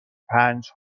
پنج